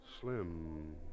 slim